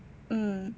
mm